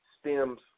stems